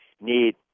need